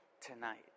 tonight